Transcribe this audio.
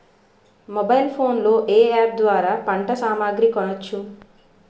Mobile phone లో ఏ app ద్వారా పంట సామాగ్రి కొనచ్చు?